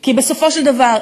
כי בסופו של דבר,